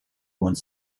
wants